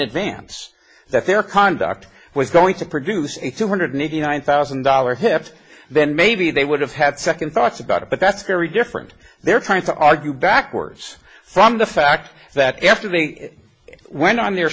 advance that their conduct was going to produce a two hundred eighty nine thousand dollar hipped then maybe they would have had second thoughts about it but that's very different they're trying to argue backwards from the fact that after they went on their